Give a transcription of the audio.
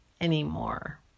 anymore